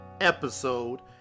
episode